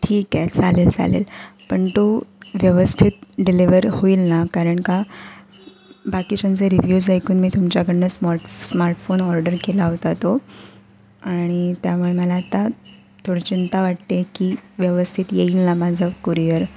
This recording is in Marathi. ठीक आहे चालेल चालेल पण तो व्यवस्थित डिलेवर होईल ना कारण का बाकीच्यांचे रिव्ह्यूज ऐकून मी तुमच्याकडून स्मॉर्ट स्मार्टफोन ऑर्डर केला होता तो आणि त्यामुळे मला आता थोडी चिंता वाटते की व्यवस्थित येईल ना माझं कुरियर